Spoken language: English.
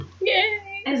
Yay